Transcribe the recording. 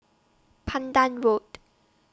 Pandan Road